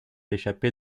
échappé